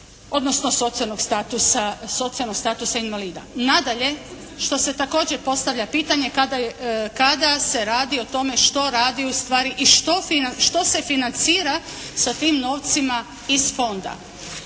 odnosno socijalnog statusa invalida. Nadalje što se također postavlja pitanje kada se radi o tome što radi u stvari i što se financira sa tim novcima iz fonda.